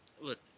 Look